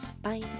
Bye